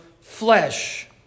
flesh